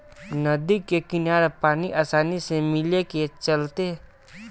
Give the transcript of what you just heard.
नदी के किनारे पानी आसानी से मिले के चलते खेती बारी करे में कवनो दिक्कत ना होला